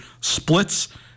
splits